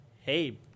hey